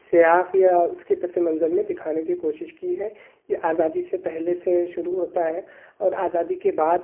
سیاق یا اس کے پسِ منظر میں دیکھانے کی کوشش کی ہے یہ آزادی سے پہلے سے شروع ہوتا ہے اور آزادی کے بعد